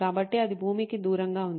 కాబట్టి అది భూమికి దూరంగా ఉంది